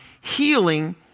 healing